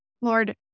Lord